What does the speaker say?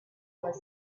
asleep